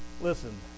Listen